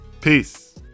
Peace